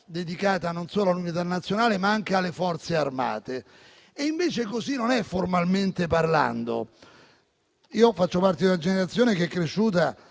dedicata non solo all'Unità nazionale, ma anche alle Forze armate, e invece così non è, formalmente parlando. Faccio parte di una generazione cresciuta